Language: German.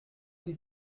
sie